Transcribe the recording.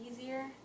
easier